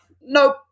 nope